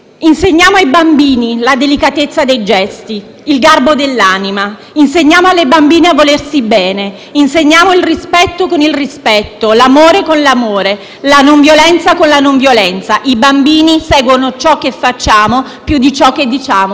il garbo dell'anima; insegniamo alle bambine a volersi bene; insegniamo il rispetto con il rispetto, l'amore con l'amore e la non violenza con la non violenza, perché i bambini seguono ciò che facciamo, più di ciò che diciamo. *(Applausi